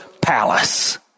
palace